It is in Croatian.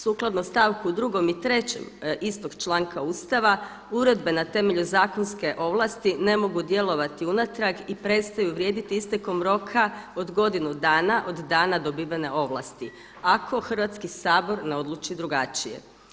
Sukladno stavku drugom i trećem istog članka Ustava uredbe na temelju zakonske ovlasti ne mogu djelovati unatrag i prestaju vrijediti istekom roka od godinu dana od dana dobivene ovlasti ako Hrvatski sabor ne odluči drugačije.